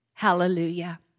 Hallelujah